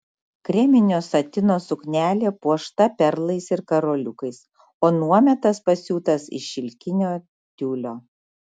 kreminio satino suknelė puošta perlais ir karoliukais o nuometas pasiūtas iš šilkinio tiulio